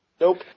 Nope